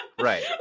Right